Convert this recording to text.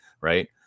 right